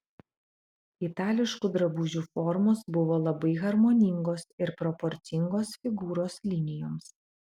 itališkų drabužių formos buvo labai harmoningos ir proporcingos figūros linijoms